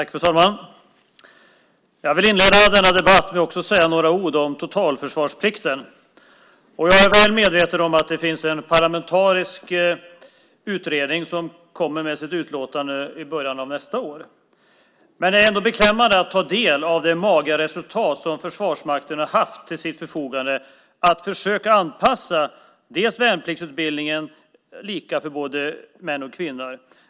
Fru talman! Jag vill inleda med att också säga några ord om totalförsvarsplikten. Jag är väl medveten om att det finns en parlamentarisk utredning som kommer med sitt utlåtande i början av nästa år. Det är ändå beklämmande att ta del av det magra resultat som Försvarsmakten har uppnått när det gällt att försöka anpassa värnpliktsutbildningen till att vara lika för både män och kvinnor.